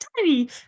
tiny